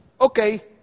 okay